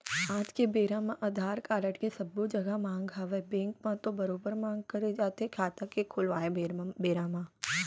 आज के बेरा म अधार कारड के सब्बो जघा मांग हवय बेंक म तो बरोबर मांग करे जाथे खाता के खोलवाय बेरा म